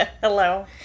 hello